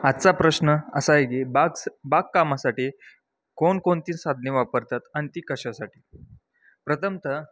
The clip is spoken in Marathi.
आजचा प्रश्न असा आहे की बाग स बागकामासाठी कोणकोणती साधने वापरतात आणि ती कशासाठी प्रथमतः